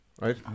right